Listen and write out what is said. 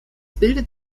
bildet